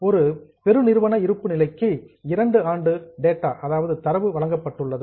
ஒரு கார்ப்பரேட் பெருநிறுவன இருப்பு நிலைக்கு இரண்டு ஆண்டு டேட்டா தரவு வழங்கப்பட்டுள்ளது